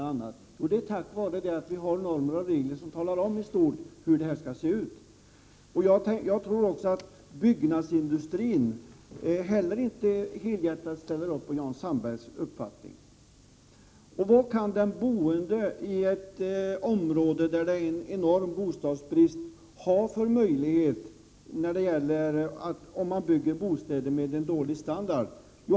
Man kan klara detta tack vare att vi har normer och regler som talar om hur det skall se ut i stort sett. Jag tror att inte heller byggnadsindustrin helhjärtat ställer upp bakom Jan Sandbergs uppfattning. Vad kan den boende i ett område där det råder enorm bostadsbrist ha för möjlighet, om man bygger bostäder med dålig standard?